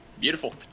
Beautiful